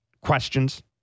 Questions